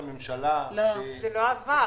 זה לא עבר.